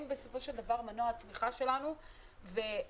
הם בסופו של דבר מנוע הצמיחה שלנו ואנחנו